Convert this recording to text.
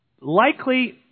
likely